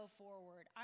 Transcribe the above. forward